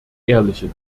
ehrliche